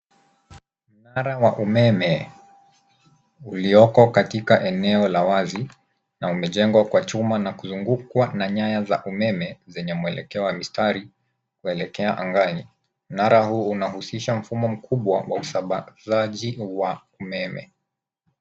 Mnara wa umeme ulioko katika eneo la wazi na umejengwa kwa chuma na kuzungukwa na nyaya za umeme zenye mwelekeo wa mistari kuelekea angani. Mnara huu unahusisha mfumo mkubwa wa usambazaji wa umeme.